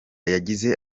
yagize